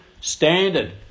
standard